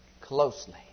Closely